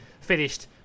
Finished